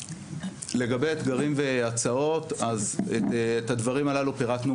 לגבי אתגרים והצעות אז את הדברים הללו פרטנו